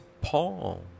Paul